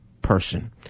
person